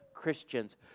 Christians